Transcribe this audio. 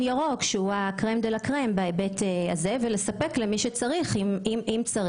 ירוק שהוא הקרם דה לה קרם ולספק למי שצריך אם צריך.